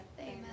Amen